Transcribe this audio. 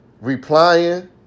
replying